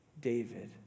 David